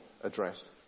address